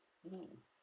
mm